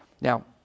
now